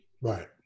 Right